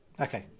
Okay